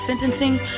sentencing